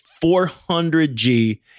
400G